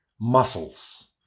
muscles